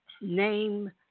name